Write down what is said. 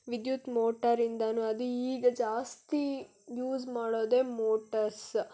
ವಿದ್ಯುತ್ ಮೋಟಾರಿಂದಲೂ ಅದು ಈಗ ಜಾಸ್ತಿ ಯೂಸ್ ಮಾಡೋದೇ ಮೋಟರ್ಸ